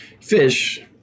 fish